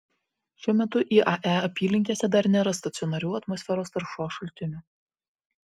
šiuo metu iae apylinkėse dar nėra stacionarių atmosferos taršos šaltinių